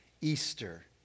Easter